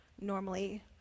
normally